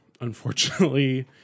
unfortunately